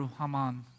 Haman